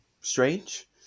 strange